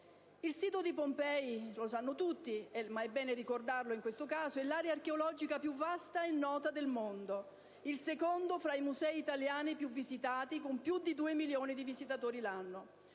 Il sito di Pompei, come tutti sanno (ma è bene ricordarlo), è l'area archeologica più vasta e nota nel mondo, il secondo fra i musei italiani più visitati, con più di due milioni di visitatori l'anno: